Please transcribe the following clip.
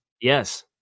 Yes